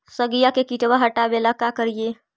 सगिया से किटवा हाटाबेला का कारिये?